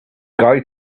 guy